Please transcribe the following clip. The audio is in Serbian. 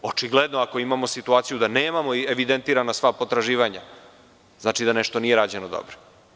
Očigledno, ako imamo situaciju da nemamo evidentirana sva potraživanja, znači da nešto nije rađeno dobro.